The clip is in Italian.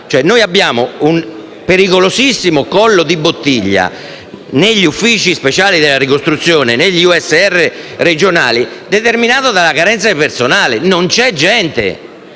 Noi abbiamo un pericolosissimo collo di bottiglia negli uffici speciali per la ricostruzione, negli USR regionali, determinato dalla carenza di personale, dal fatto